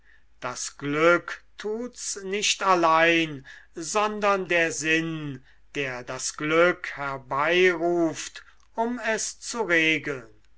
das glück tut's nicht allein sondern der sinn der das glück herbeiruft um es zu regeln